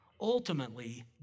Ultimately